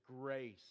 grace